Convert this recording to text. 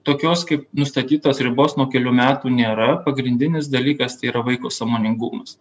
tokios kaip nustatytos ribos nuo kelių metų nėra pagrindinis dalykas tai yra vaiko sąmoningumas